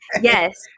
Yes